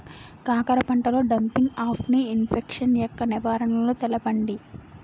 కాకర పంటలో డంపింగ్ఆఫ్ని ఇన్ఫెక్షన్ యెక్క నివారణలు తెలపండి?